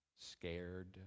Scared